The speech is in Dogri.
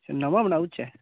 नमां बनाई ओड़चै